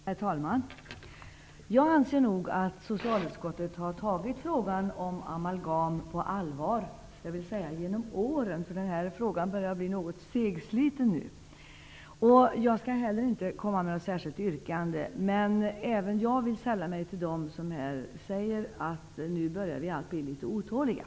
Herr talman! Jag anser nog att socialutskottet genom åren har tagit frågan om amalgamet på allvar, även om frågan börjar bli något segsliten. Jag skall inte framställa något särskilt yrkande, men även jag vill sälla mig till dem som säger att vi börjar bli litet otåliga.